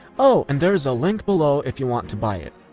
oh and there is a link below if you want to buy it.